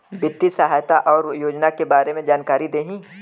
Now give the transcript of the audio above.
वित्तीय सहायता और योजना के बारे में जानकारी देही?